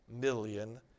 million